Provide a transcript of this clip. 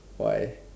why